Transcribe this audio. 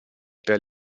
per